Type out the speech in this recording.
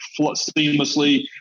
seamlessly